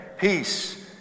Peace